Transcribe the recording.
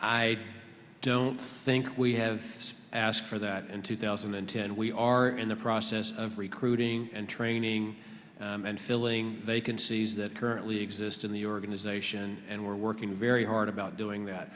i don't think we have asked for that in two thousand and ten we are in the process of routing and training and filling vacancies that currently exist in the organization and we're working very hard about doing that